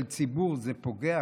של ציבור זה פוגע,